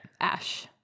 Ash